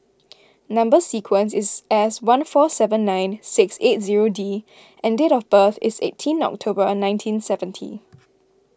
Number Sequence is S one four seven nine six eight zero D and date of birth is eighteen October nineteen seventy